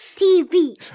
TV